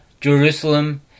Jerusalem